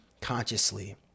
consciously